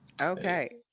Okay